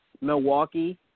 Milwaukee